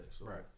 Right